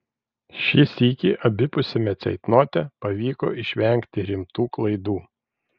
šį sykį abipusiame ceitnote pavyko išvengti rimtų klaidų